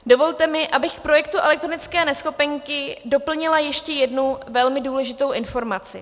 Dovolte mi, abych k projektu elektronické neschopenky doplnila ještě jednu velmi důležitou informaci.